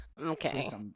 Okay